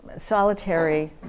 solitary